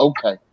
Okay